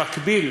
במקביל,